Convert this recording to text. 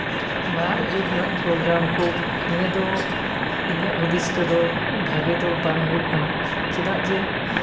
ᱱᱟᱦᱟᱜ ᱡᱩᱜᱽ ᱨᱮᱱᱟᱜ ᱯᱨᱳᱜᱨᱟᱢ ᱠᱚ ᱱᱤᱭᱟᱹ ᱫᱚ ᱤᱧᱟᱹᱜ ᱦᱩᱸᱫᱤᱥ ᱛᱮᱫᱚ ᱵᱷᱟᱹᱜᱤ ᱫᱚ ᱵᱟᱝ ᱦᱩᱭᱩᱜ ᱠᱟᱱᱟ ᱪᱮᱫᱟᱜ ᱡᱮ